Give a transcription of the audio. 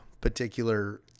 particular